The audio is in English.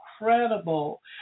incredible